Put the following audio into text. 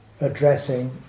addressing